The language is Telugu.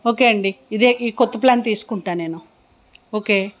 ఓకే అండి ఇదే ఈ కొత్త ప్లాన్ తీసుకుంటాను నేను ఓకే